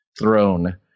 throne